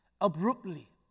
Abruptly